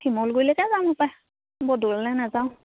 শিমলুগুৰিলৈকে যাম এইবাৰ বৰ দূৰলৈ নাযাওঁ